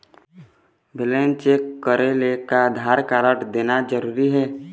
Balance check करेले का Aadhaar card देना जरूरी हे?